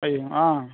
అయ్యో